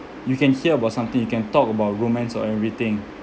you can hear about something you can talk about romance or everything